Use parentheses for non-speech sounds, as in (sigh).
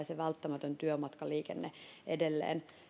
(unintelligible) se välttämätön työmatkaliikenne edelleen